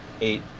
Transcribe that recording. eight